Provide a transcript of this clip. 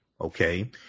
okay